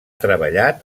treballat